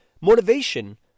motivation